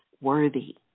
worthy